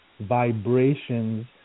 vibrations